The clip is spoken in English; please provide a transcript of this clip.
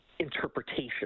interpretation